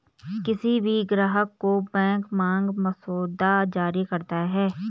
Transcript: किसी भी ग्राहक को बैंक मांग मसौदा जारी करता है